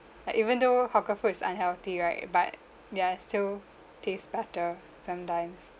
like even though hawker food is unhealthy right but ya it still tastes better sometimes